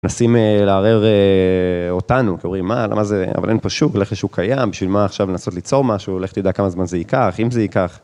מנסים לערער אותנו, קוראים למה זה, אבל אין פה שוק, ללכת לשוק קיים, בשביל מה עכשיו לנסות ליצור משהו, ללכת לדעת כמה זמן זה ייקח, אם זה ייקח.